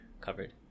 covered